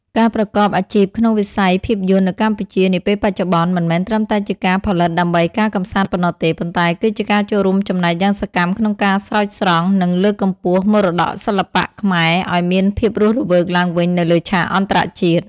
ការប្រកបអាជីពក្នុងវិស័យភាពយន្តនៅកម្ពុជានាពេលបច្ចុប្បន្ន មិនមែនត្រឹមតែជាការផលិតដើម្បីការកម្សាន្តប៉ុណ្ណោះទេ ប៉ុន្តែគឺជាការចូលរួមចំណែកយ៉ាងសកម្មក្នុងការស្រោចស្រង់ និងលើកកម្ពស់មរតកសិល្បៈខ្មែរឱ្យមានភាពរស់រវើកឡើងវិញនៅលើឆាកអន្តរជាតិ។